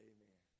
Amen